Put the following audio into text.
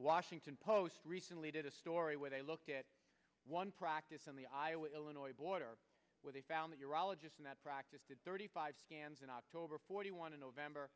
washington post recently did a story where they looked at one practice in the iowa illinois border where they found that your ologist in that practice did thirty five scans in october forty one in november